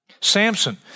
Samson